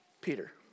Peter